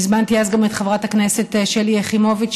הזמנתי אז גם את חברת הכנסת שלי יחימוביץ,